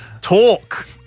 talk